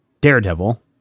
Daredevil